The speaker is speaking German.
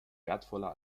wertvoller